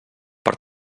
per